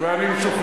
אותו.